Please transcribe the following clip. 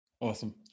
Awesome